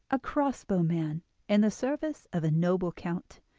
a crossbow-man in the service of a noble count,